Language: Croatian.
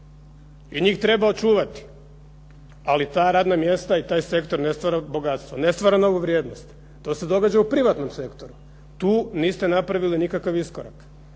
i njih treba očuvati. Ali ta radna mjesta i taj sektor ne stvara bogatstvo, ne stvara novu vrijednost. To se događa u privatnom sektoru. Tu niste napravili nikakav iskorak.